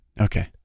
Okay